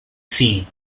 seen